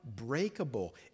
unbreakable